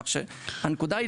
כך שהנקודה היא,